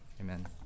amen